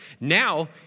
Now